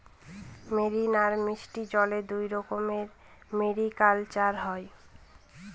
marine আর মিষ্টি জলে দুইরকম মেরিকালচার হয়